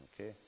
okay